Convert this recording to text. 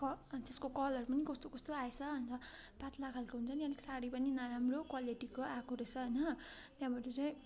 क त्यसको कलर पनि कस्तो कस्तो आएछ अन्त पातला खाले हुन्छ नि अलिक साडी पनि नराम्रो क्वालिटीको आएको रहेछ होइन त्यहाँबाट चाहिँ